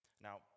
Now